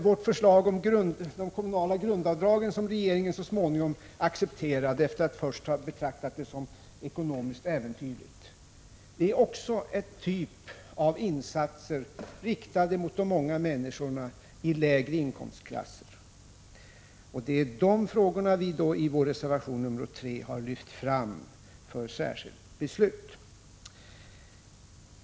Vårt förslag om det kommunala grundavdraget, som regeringen så småningom accepterade efter att först ha betraktat det som ekonomiskt äventyrligt, är också en typ av insats som är riktad mot de många människorna i lägre inkomstklasser. Det är de frågorna vi i vår reservation 3 har lyft fram för särskilt beslut.